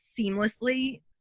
seamlessly